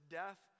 death